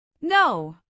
No